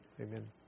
Amen